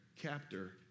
captor